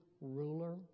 ruler